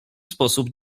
sposób